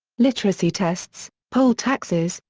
literacy tests, poll taxes,